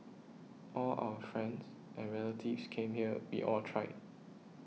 all our friends and relatives came here we all tried